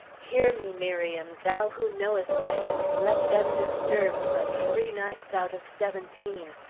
hear me, miriam, thou who knowest i have slept undisturbed but three nights out of seventeen,